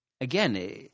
again